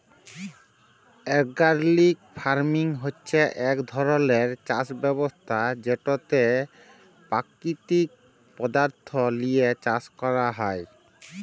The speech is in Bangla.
অর্গ্যালিক ফার্মিং হছে ইক ধরলের চাষ ব্যবস্থা যেটতে পাকিতিক পদাথ্থ লিঁয়ে চাষ ক্যরা হ্যয়